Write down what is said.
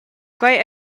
quei